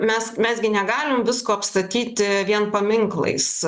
mes mes gi negalim visko apstatyti vien paminklais